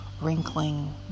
wrinkling